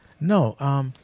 No